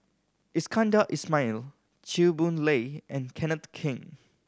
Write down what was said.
Iskandar Ismail Chew Boon Lay and Kenneth Keng